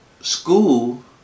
school